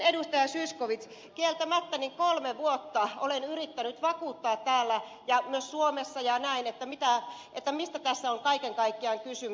zyskowicz kieltämättä kolme vuotta olen yrittänyt vakuuttaa täällä ja myös muualla suomessa ja näin että mitään että mistä tässä on kaiken kaikkiaan kysymys